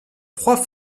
trois